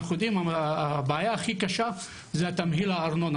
אנחנו יודעים שהבעיה הכי קשה זה תמהיל הארנונה